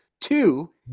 two